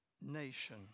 nation